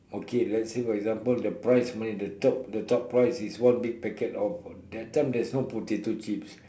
okay let's say for example the prize eh the top the top prize is one big packet of that time there's no potato chips